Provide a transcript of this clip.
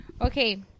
Okay